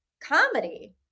comedy